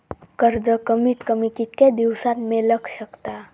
कर्ज कमीत कमी कितक्या दिवसात मेलक शकता?